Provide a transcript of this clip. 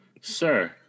Sir